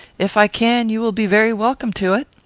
if i can, you will be very welcome to it.